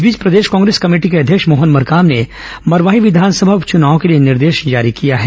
इस बीच प्रदेश कांग्रेस कमेटी के अध्यक्ष मोहन मरकाम ने मरवाही विघानसभा उप चुनाव के लिए निर्देश जारी किया है